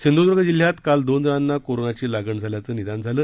सिंधुदुर्ग जिल्ह्यात काल दोन जणांना कोरोनाची लागण झाल्याचं निदान झालं